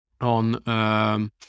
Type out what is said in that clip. on